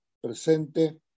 presente